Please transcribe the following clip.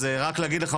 רק להגיד לך,